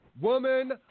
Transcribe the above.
woman